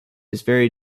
very